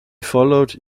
followed